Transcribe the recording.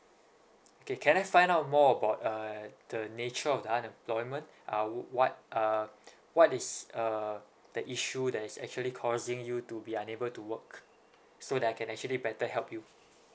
okay can I find out more about uh the nature of the unemployment uh what are what is uh the issue that is actually causing you to be unable to work so that I can actually better help you